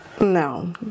No